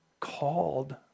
called